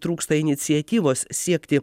trūksta iniciatyvos siekti